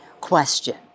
question